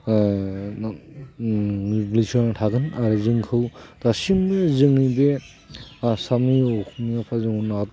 गोसोआव थागोन आरो जोंखौ दासिमबो जोंनो बे आसामनि असमियाफोरजों